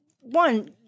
one